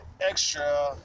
extra